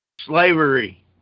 slavery